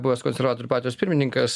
buvęs konservatorių partijos pirmininkas